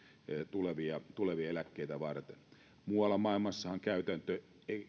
tulevia tulevia eläkkeitä varten muualla maailmassahan käytäntö